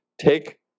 take